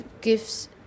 gives